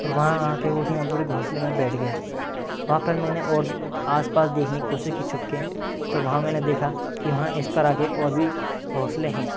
और वहाँ आकर वह उसने अपने घोंसले में बैठ गया वहाँ पर मैंने और भी आसपास देखने की कोशिश की छुपकर तो वहाँ मैंने देखा कि वहाँ इस तरह के और भी घोंसले हैं